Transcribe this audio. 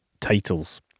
titles